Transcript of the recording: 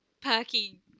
perky